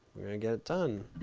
we're gonna get it done.